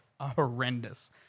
horrendous